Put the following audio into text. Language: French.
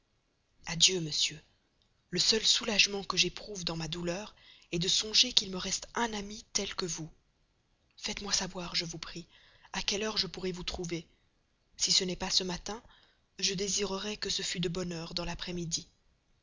adieu monsieur le seul soulagement que j'éprouve dans ma douleur est de songer qu'il me reste un ami tel que vous faites-moi savoir je vous prie à quelle heure je pourrai vous trouver si ce n'est pas ce matin je désirerais que ce fût de bonne heure dans l'après-midi